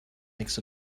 makes